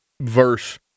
verse